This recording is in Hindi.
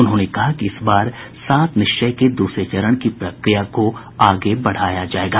उन्होंने कहा कि इस बार सात निश्चय के दूसरे चरण की प्रक्रिया को आगे बढ़ाया जायेगा